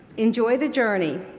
enjoy the journey.